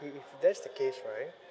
if if that's the case right